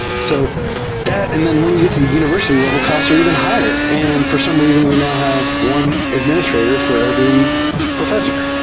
so that, and then when you get to the univers ity level, costs are even higher. and for some reason, we now have one administrator for every professor.